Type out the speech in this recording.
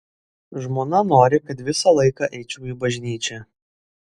žmona nori kad visą laiką eičiau į bažnyčią